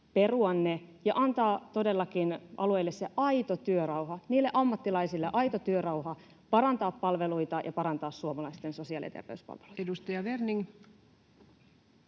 perua ne ja antaa todellakin alueille se aito työrauha, niille ammattilaisille aito työrauha parantaa palveluita ja parantaa suomalaisten sosiaali- ja terveyspalveluita? [Speech